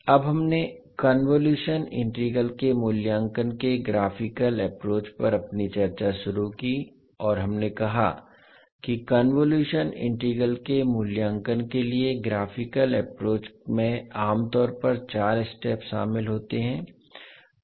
अब हमने convolution integral के मूल्यांकन के ग्राफिकल एप्रोच पर अपनी चर्चा शुरू की और हमने कहा कि कन्वोलुशन इंटीग्रल के मूल्यांकन के लिए ग्राफिकल एप्रोच में आमतौर पर चार स्टेप शामिल होते हैं